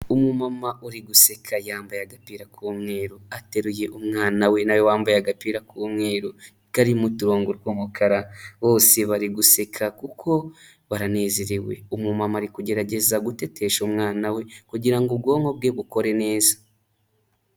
Umumama uri guseka yambaye agapira k'umweru, ateruye umwana we nawe wambaye agapira k'umweru karimo uturongo tw'umukara, bose bari guseka kuko baranezerewe, umumama kugerageza gutetesha umwana we kugira ngo ubwonko bwe bukore neza.